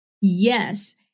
Yes